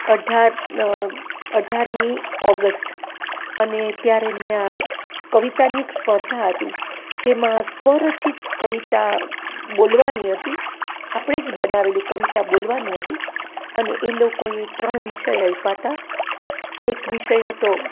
અઢાર અઢારમી ઓગષ્ટ અને ત્યારે મેં આ કવિતાની એક સ્પર્ધા હતી જેમાં સ્વર રચિત કવિતા બોલવાની હતી આપણે જ બનાવેલી કવિતા બોલવાની હતી અને એ લોકોએ ત્રણ વિષય આપ્યાં હતાં એક વિષય હતો